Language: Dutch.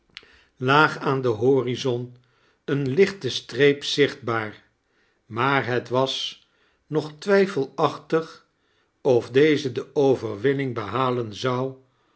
laag aan den horizon eene lichte streep zichtbaar maar het was nog twijfelaehtig of deze de overwinning behalen zou